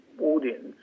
audience